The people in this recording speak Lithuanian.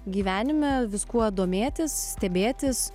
gyvenime viskuo domėtis stebėtis